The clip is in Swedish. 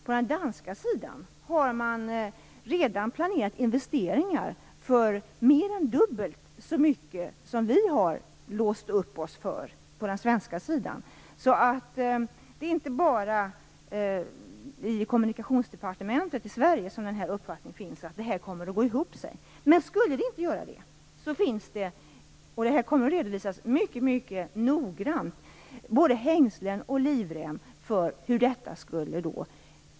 På den danska sidan har man redan planerat investeringar för mer än dubbelt så mycket som vi har låst upp oss för på den svenska sidan. Det är inte bara i Kommunikationsdepartementet i Sverige som uppfattningen att det kommer att gå ihop finns. Skulle det inte göra det finns det - detta kommer att redovisas mycket noggrant - både hängslen och livrem.